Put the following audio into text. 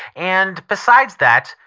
and, besides that,